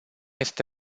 este